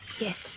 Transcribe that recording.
Yes